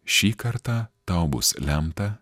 šį kartą tau bus lemta